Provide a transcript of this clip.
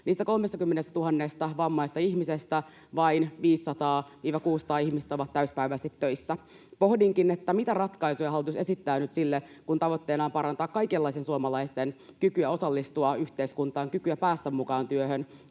Niistä 30 000 vammaisesta ihmisestä vain 500—600 on täysipäiväisesti töissä. Pohdinkin, mitä ratkaisuja hallitus esittää nyt siihen, kun tavoitteena on parantaa kaikenlaisten suomalaisten kykyä osallistua yhteiskuntaan, kykyä päästä mukaan työhön